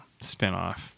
spinoff